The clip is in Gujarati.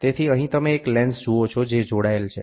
તેથી અહીં તમે એક લેન્સ જુઓ છો જે જોડાયેલ છે